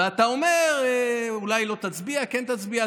ואתה אומר שאולי לא תצביע, כן תצביע.